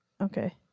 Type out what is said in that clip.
Okay